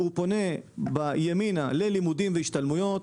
הוא פונה ללימודים והשתלמויות